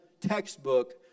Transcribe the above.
textbook